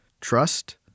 Trust